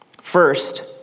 First